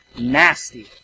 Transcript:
nasty